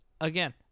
again